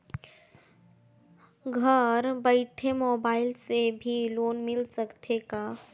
घर बइठे मोबाईल से भी लोन मिल सकथे का?